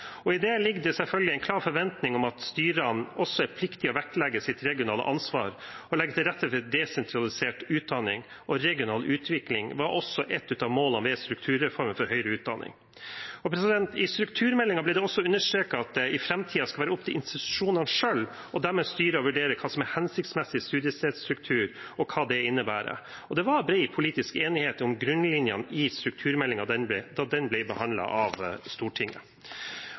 I det ligger det selvfølgelig en klar forventning om at styrene også er pliktig å vektlegge sitt regionale ansvar og legge til rette for desentralisert utdanning og regional utvikling – som også var ett av målene ved strukturreformen for høyere utdanning. I strukturmeldingen ble det også understreket at i framtiden skal det være opp til institusjonene selv og deres styre å vurdere hva som er en hensiktsmessig studiestedstruktur, og hva det innebærer. Og det var bred politisk enighet om grunnlinjene i strukturmeldingen da den ble behandlet av Stortinget.